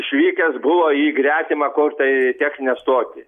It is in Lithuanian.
išvykęs buvo į gretimą kur tai techninę stotį